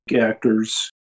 actors